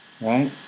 Right